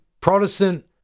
protestant